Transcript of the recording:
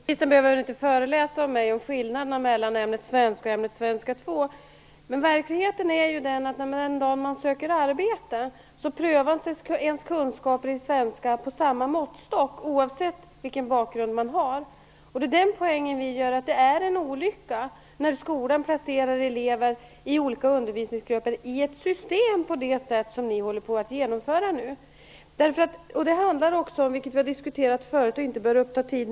Fru talman! Skolministern behöver inte föreläsa för mig om skillnaderna mellan ämnena svenska och svenska 2. Men verkligheten är den att den dag man söker arbete mäts ens kunskaper i svenska med samma måttstock, oavsett vilken bakgrund man har. Det är det vi moderater vill poängtera - det är en olycka när skolan placerar elever i olika undervisningsgrupper i ett sådant system som Socialdemokraterna håller på att genomföra nu. Det handlar också om att vi har olika uppfattningar om vad kursplaner skall vara för någonting.